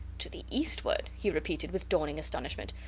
to the eastward? he repeated, with dawning astonishment.